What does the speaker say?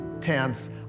tense